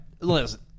Listen